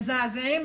מזעזעים,